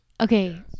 Okay